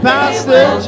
Pastor